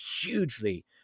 hugely